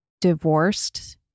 divorced